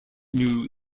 new